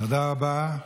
תודה רבה.